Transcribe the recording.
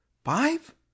five